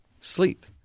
Sleep